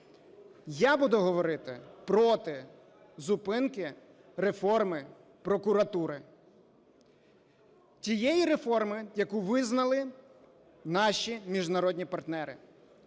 Я буду говорити проти зупинки реформи прокуратури. Тієї реформи, яку визнали наші міжнародні партнери.